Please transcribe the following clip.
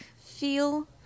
feel